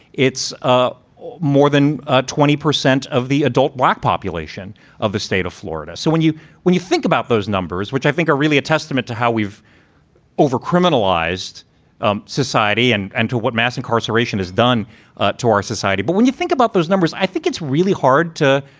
it's ah more than ah twenty percent of the adult black population of the state of florida. so when you when you think about those numbers, which i think are really a testament to how we've over criminalized um society and and to what mass incarceration has done to our society. but when you think about those numbers, i think it's really hard to.